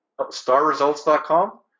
Starresults.com